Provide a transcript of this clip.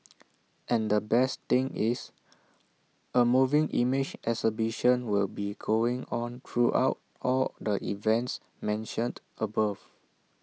and the best thing is A moving image exhibition will be going on throughout all the events mentioned above